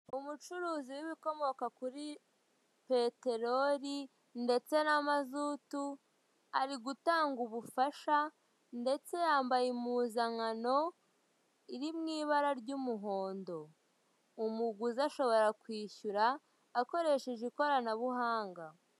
Umucuruzi w'ibikomoka kuri peteroli ndetse na mazutu ari gutanga ubufasha ndetse yambaye impuzankano iri mu ibara ry'umuhondo. Umuguzi ashobora kwishyura akoresheje ikoranabuhanga.